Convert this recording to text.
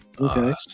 okay